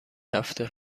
هفته